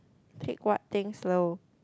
take what things slow